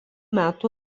metų